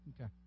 Okay